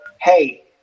hey